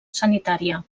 sanitària